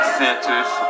centers